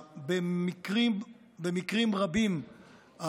במקרים רבים,